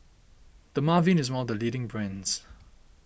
Dermaveen is one of the leading brands